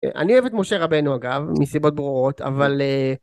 אני אוהב את משה רבנו אגב, מסיבות ברורות, אבל אה...